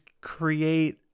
create